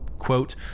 Quote